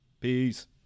Peace